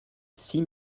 six